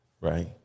right